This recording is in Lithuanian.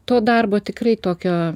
to darbo tikrai tokio